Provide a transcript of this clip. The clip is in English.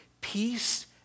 peace